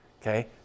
Okay